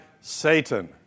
Satan